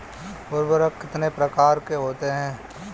उर्वरक कितने प्रकार के होते हैं?